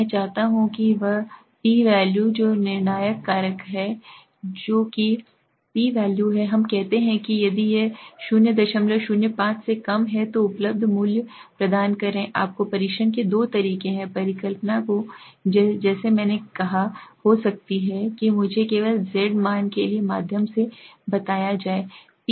मैं चाहता हूं कि वह पी वैल्यू जो निर्णायक कारक है जो कि पी वैल्यू है हम कहते हैं कि यदि यह 005 से कम है तो उपलब्ध मूल्य प्रदान करें आपके परीक्षण के दो तरीके हैं परिकल्पना जो मैंने कही होगी हो सकता है कि मुझे केवल z मान के माध्यम से बताया जाए